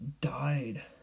died